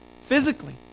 physically